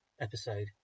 episode